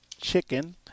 Chicken